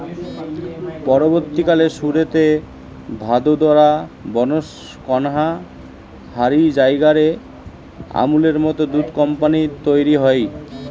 পরবর্তীকালে সুরতে, ভাদোদরা, বনস্কন্থা হারি জায়গা রে আমূলের মত দুধ কম্পানী তইরি হয়